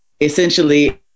essentially